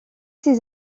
ces